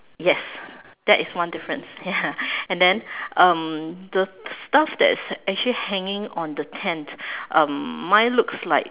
yes that is one difference ya and then um the stuff that is actually hanging on the tent um mine looks like